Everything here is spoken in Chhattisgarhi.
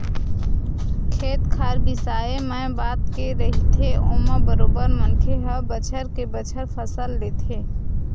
खेत खार बिसाए मए बात के रहिथे ओमा बरोबर मनखे ह बछर के बछर फसल लेथे